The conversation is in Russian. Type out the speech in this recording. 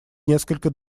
несколько